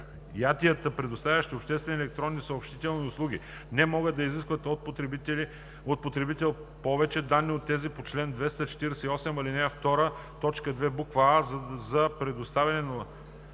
предоставящи обществени електронни съобщителни услуги, не могат да изискват от потребител повече данни от тези по чл. 248, ал. 2, т. 2, буква „а“ за предоставяне на